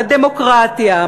הדמוקרטיה,